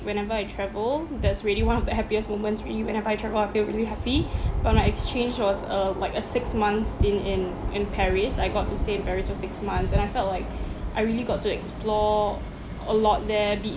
whenever I travel that's really one of the happiest moments really whenever I travel I feel really happy but my exchange was uh like a six month stint in in paris I got to stay in paris for six months and I felt like I really got to explore a lot there be